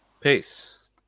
peace